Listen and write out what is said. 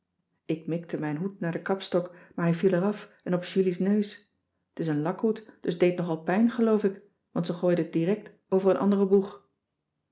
ik mikte mijn hoed naar den kapstok maar hij viel eraf en op julie's neus t is een lakhoed dus t deed nogal pijn geloof ik want ze gooide het direct over een anderen boeg